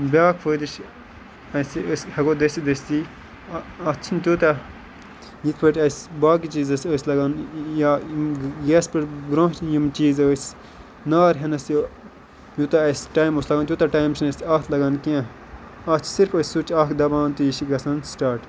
بیاکھ فٲیدٕ چھُ اَسہِ أسۍ ہیٛکو دٔستِی دٔستِی اَتھ چھُنہٕ تیوٗتاہ یِتھ پٲٹھۍ أسۍ باقٕے چیٖزَس ٲسۍ لَگان یا یِم گیس پیٹھ برٛونٛہہ یِم چیٖز ٲسۍ نار ہیٚنَس یہِ یوٗتاہ اَسہِ ٹایِم اوس لَگان تیوٗتاہ ٹایِم چھُنہٕ اَسہِ اَتھ لَگان کینٛہہ اَتھ چھِ صِرِف أسۍ سُچ اَکھ دَباوان تہٕ یہِ چھُ گَژھان سِٹاٹ